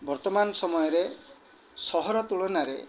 ବର୍ତ୍ତମାନ ସମୟରେ ସହର ତୁଳନାରେ